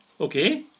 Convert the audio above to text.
okay